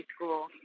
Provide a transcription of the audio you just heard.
school